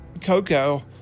coco